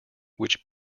which